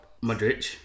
Madrid